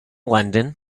london